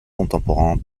contemporains